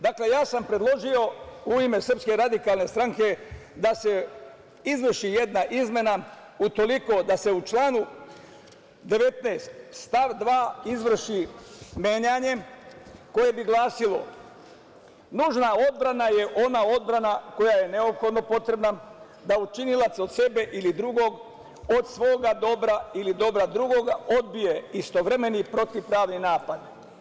Dakle, ja sam predložio u ime SRS da se izvrši jedna izmena, utoliko da se u članu 19. stav 2. izvrši menjanje koje bi glasilo – nužna odbrana je ona odbrana koja je neophodno potrebna da učinilac od sebe ili drugog od svoga dobra ili dobra drugog odbije istovremeni protivpravni napad.